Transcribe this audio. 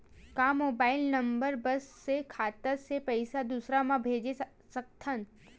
का mobile number बस से खाता से पईसा दूसरा मा भेज सकथन?